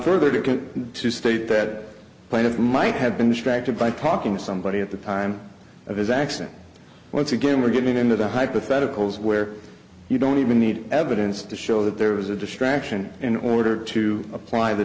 further to get to state that plaintiff might have been distracted by talking somebody at the time of his accident once again we're getting into the hypotheticals where you don't even need evidence to show that there was a distraction in order to apply the